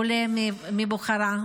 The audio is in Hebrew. עולה מבוכרה,